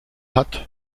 hat